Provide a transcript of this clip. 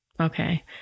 Okay